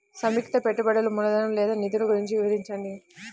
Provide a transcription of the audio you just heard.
సంయుక్త పెట్టుబడులు మూలధనం లేదా నిధులు గురించి వివరించండి?